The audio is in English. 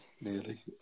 nearly